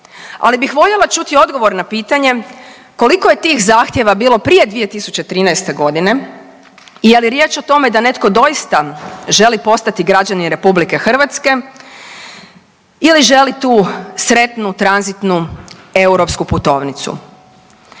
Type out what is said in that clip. ali bih voljela čuti odgovor na pitanje koliko je tih zahtjeva bilo prije 2013.g. i je li riječ o tome da netko doista želi postati građanin RH ili želi tu sretnu tranzitnu europsku putovnicu.